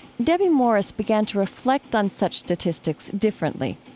debbie morris began to reflect on such statistics differently.